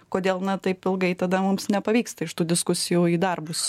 kodėl na taip ilgai tada mums nepavyksta iš tų diskusijų į darbus